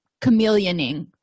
chameleoning